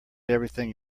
everything